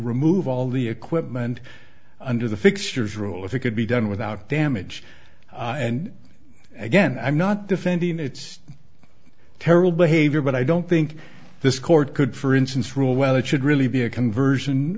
remove all the equipment under the fixtures rule if it could be done without damage and again i'm not defending it's terrible behavior but i don't think this court could for instance rule well it should really be a conversion